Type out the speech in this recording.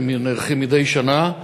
שנערכות מדי שנה,